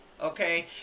Okay